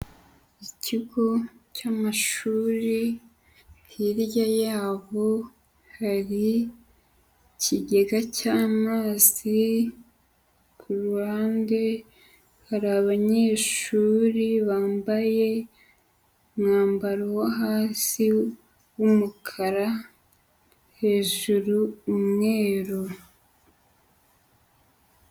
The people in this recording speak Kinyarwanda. Ikigo cy'amashuri hirya yaho hari ikigega cy'amazi, ku ruhande hari abanyeshuri bambaye umwambaro wo hasi w'umukara, hejuru umweru.